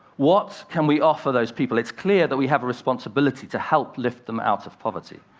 what can we offer those people? it's clear that we have a responsibility to help lift them out of poverty.